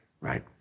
right